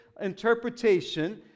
interpretation